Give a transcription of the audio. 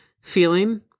Feeling